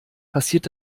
passiert